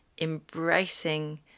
Embracing